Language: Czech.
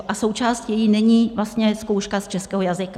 A její součástí není vlastně zkouška z českého jazyka.